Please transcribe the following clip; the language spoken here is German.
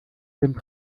dem